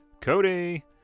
Cody